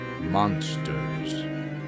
Monsters